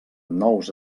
nous